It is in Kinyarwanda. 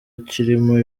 ikirimo